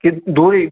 کہ دوٗرے